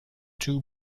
too